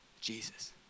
Jesus